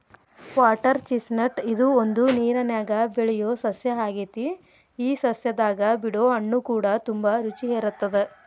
water chestnut ಇದು ಒಂದು ನೇರನ್ಯಾಗ ಬೆಳಿಯೊ ಸಸ್ಯ ಆಗೆತಿ ಈ ಸಸ್ಯದಾಗ ಬಿಡೊ ಹಣ್ಣುಕೂಡ ತುಂಬಾ ರುಚಿ ಇರತ್ತದ